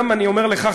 גם אני אומר לך,